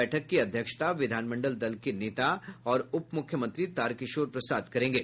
बैठक की अध्यक्षता विधानमंडल दल के नेता और उपमुख्यमंत्री तारकिशोर प्रसाद करेंगे